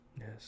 yes